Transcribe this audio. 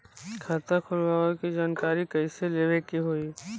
खाता खोलवावे के जानकारी कैसे लेवे के होई?